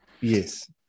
Yes